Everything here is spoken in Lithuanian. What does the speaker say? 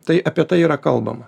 tai apie tai yra kalbama